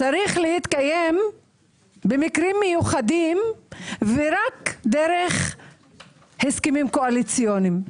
צריך להתקיים במקרים מיוחדים ורק דרך הסכמים קואליציוניים.